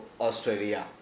Australia